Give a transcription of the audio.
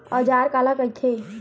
औजार काला कइथे?